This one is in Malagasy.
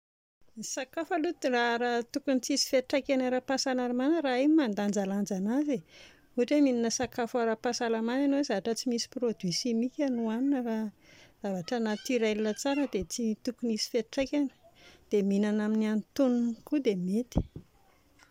Ny sakafo aloha tokony tsy hisy fiantraikany ara-pahasalamana raha hay ny mandanjalanja an'azy e, ohatra hoe mihinana sakafo ara-pahasalamana ianao, tsisy produit chimique no hohanina fa zavatra naturel tsara dia tsy tokony hisy fiantraikany, dia mihinana amin'ny antonony koa dia mety